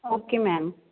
okay ma'am